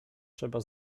trzeba